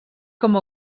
com